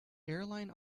airline